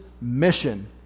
mission